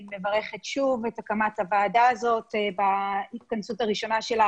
אני מברכת על הקמת הוועדה הזאת בהתכנסות הראשונה שלה